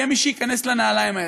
יהיה מי שייכנס לנעליים האלה.